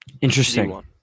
Interesting